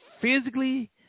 physically